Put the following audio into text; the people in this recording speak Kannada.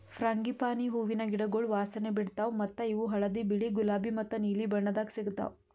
ಫ್ರಾಂಗಿಪಾನಿ ಹೂವಿನ ಗಿಡಗೊಳ್ ವಾಸನೆ ಬಿಡ್ತಾವ್ ಮತ್ತ ಇವು ಹಳದಿ, ಬಿಳಿ, ಗುಲಾಬಿ ಮತ್ತ ನೀಲಿ ಬಣ್ಣದಾಗ್ ಸಿಗತಾವ್